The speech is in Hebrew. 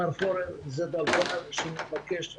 זה דבר שמתבקש מהוועדה.